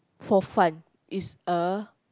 for fun is a